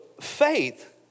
faith